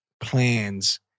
plans